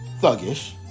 thuggish